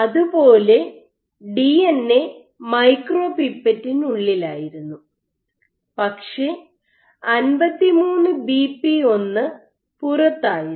അതുപോലെ ഡിഎൻഎ മൈക്രോപിപ്പറ്റിനുള്ളിലായിരുന്നു പക്ഷേ 53 ബിപി 1 പുറത്തായിരുന്നു